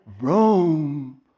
Rome